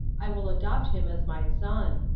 i will adopt him as my son.